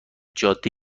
جاده